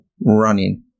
running